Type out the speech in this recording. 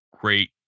great